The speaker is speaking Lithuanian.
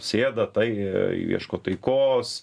sėda tai ieško taikos